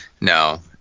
No